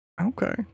Okay